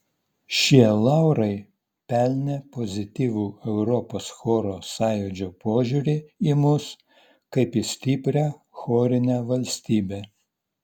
šie laurai pelnė pozityvų europos choro sąjūdžio požiūrį į mus kaip į stiprią chorinę valstybę